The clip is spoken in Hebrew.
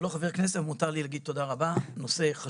אני לא חבר כנסת, אבל מותר לי להגיד תודה רבה.